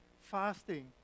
fasting